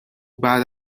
بعد